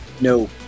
No